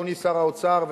אדוני שר האוצר,